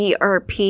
ERP